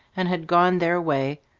and had gone their way,